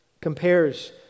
compares